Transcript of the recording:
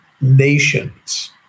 nations